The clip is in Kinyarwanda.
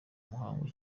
umuhango